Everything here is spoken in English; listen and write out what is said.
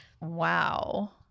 Wow